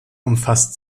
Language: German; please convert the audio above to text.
umfasst